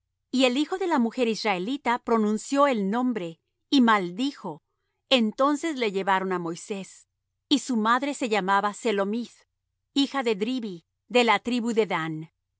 y el hijo de la mujer israelita pronunció el nombre y maldijo entonces le llevaron á moisés y su madre se llamaba selomith hija de dribi de la tribu de dan